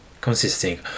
Consisting